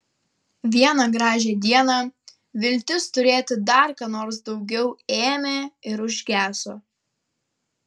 vieną gražią dieną viltis turėti dar ką nors daugiau ėmė ir užgeso